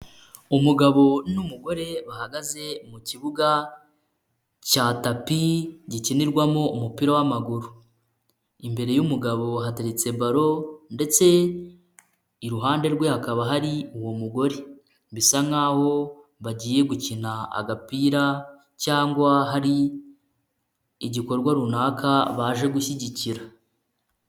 Umugabo n'umugore bahagaze mu kibuga cya tapi gikinirwamo umupira w'amaguru. Imbere y'umugabo hateretse baro ndetse iruhande rwe hakaba hari uwo mugore. Bisa nkaho bagiye gukina agapira cyangwa hari igikorwa runaka baje gushyigikira.